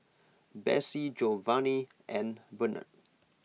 Bessie Jovany and Bernard